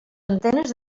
antenes